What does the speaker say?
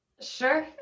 sure